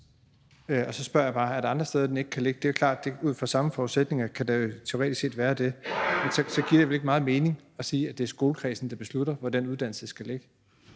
Og så spørger jeg bare: Er der andre steder, hvor den ikke kan ligge? Det er jo klart, at ud fra de samme forudsætninger kan der teoretisk set være det. Så giver det vel ikke meget mening at sige, at det er skolekredsen, der beslutter, hvor den uddannelse skal ligge.